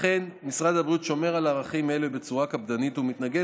לכן משרד הבריאות שומר על ערכים אלה בצורה קפדנית ומתנגד